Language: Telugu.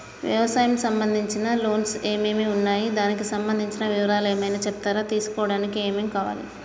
వ్యవసాయం సంబంధించిన లోన్స్ ఏమేమి ఉన్నాయి దానికి సంబంధించిన వివరాలు ఏమైనా చెప్తారా తీసుకోవడానికి ఏమేం కావాలి?